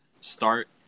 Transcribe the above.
start